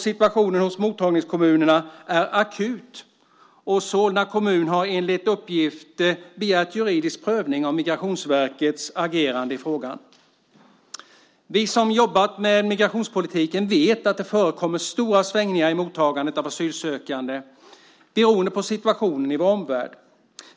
Situationen hos mottagningskommunerna är akut, och Solna kommun har enligt uppgift begärt juridisk prövning av Migrationsverkets agerande i frågan. Vi som har jobbat med migrationspolitiken vet att det förekommer stora svängningar i mottagandet av asylsökande beroende på situationen i vår omvärld.